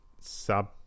sub